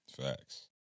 Facts